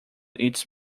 its